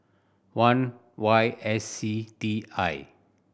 one Y S C T I